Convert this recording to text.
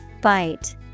Bite